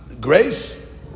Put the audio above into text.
grace